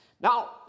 Now